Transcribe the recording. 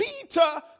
Peter